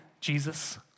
Jesus